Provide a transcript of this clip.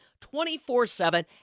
24-7